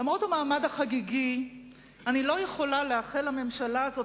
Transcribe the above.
למרות המעמד החגיגי אני לא יכולה לאחל לממשלה הזאת